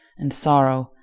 and sorrow,